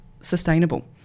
sustainable